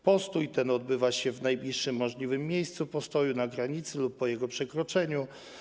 Postój ten ma odbywać się w najbliższym możliwym miejscu postoju na granicy lub po jej przekroczeniu.